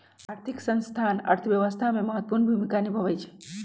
आर्थिक संस्थान अर्थव्यवस्था में महत्वपूर्ण भूमिका निमाहबइ छइ